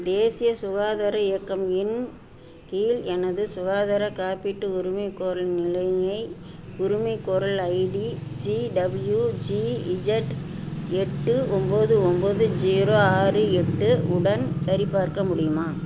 தேசிய சுகாதார இயக்கம் இன் கீழ் எனது சுகாதார காப்பீட்டு உரிமைக்கோரலின் நிலையை உரிமைக்கோரல் ID C W G Z எட்டு ஒம்பது ஒம்பது ஜீரோ ஆறு எட்டு உடன் சரிபார்க்க முடியுமா